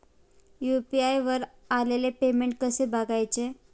UPI वर आलेले payment कसे बघायचे?